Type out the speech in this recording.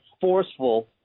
forceful